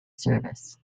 service